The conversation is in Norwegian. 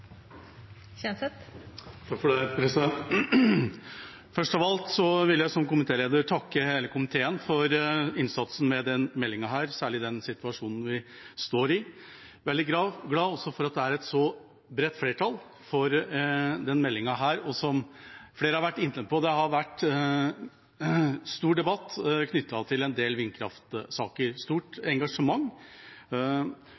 komiteen for innsatsen med denne meldinga, særlig i den situasjonen vi står i. Jeg er også veldig glad for at det er et så bredt flertall for meldinga. Som flere har vært inne på, har det vært stor debatt knyttet til en del vindkraftsaker og et stort